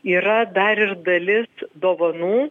yra dar ir dalis dovanų